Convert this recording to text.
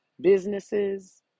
businesses